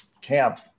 camp